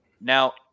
Now